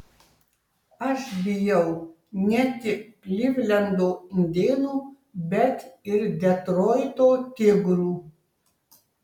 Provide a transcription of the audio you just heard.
aš bijau ne tik klivlendo indėnų bet ir detroito tigrų